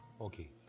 okay